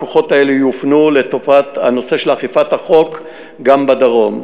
הכוחות האלה יופנו לטובת הנושא של אכיפת החוק גם בדרום.